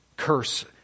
curse